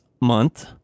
Month